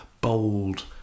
bold